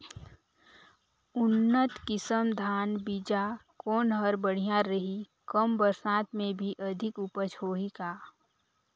उन्नत किसम धान बीजा कौन हर बढ़िया रही? कम बरसात मे भी अधिक उपज होही का?